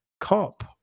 cop